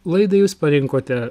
laidai jūs parinkote